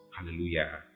Hallelujah